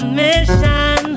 mission